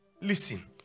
Listen